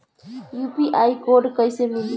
UPI code कैसे मिली?